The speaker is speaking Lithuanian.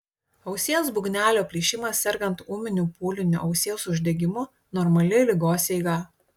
ausies būgnelio plyšimas sergant ūminiu pūliniu ausies uždegimu normali ligos eiga